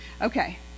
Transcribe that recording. Okay